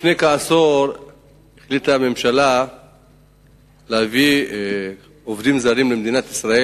לפני כעשור החליטה הממשלה להביא עובדים זרים למדינת ישראל,